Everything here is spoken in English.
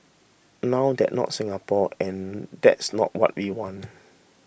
now that not Singapore and that's not what we want